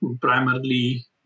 primarily